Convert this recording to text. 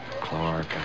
Clark